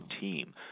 team